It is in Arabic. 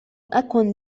أكن